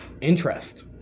interest